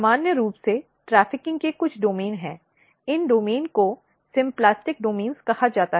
सामान्य रूप से ट्रैफिकिंग के कुछ डोमेन हैं इन डोमेन को सिम्प्लास्टिक डोमेन कहा जाता है